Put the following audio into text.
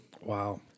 Wow